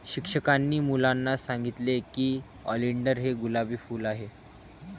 शिक्षकांनी मुलांना सांगितले की ऑलिंडर हे गुलाबी फूल आहे